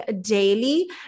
daily